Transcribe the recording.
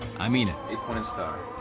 i mean it. eight-pointed star.